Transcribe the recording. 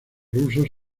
rusos